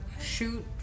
shoot